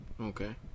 Okay